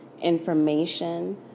information